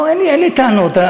לא, אין לי טענות.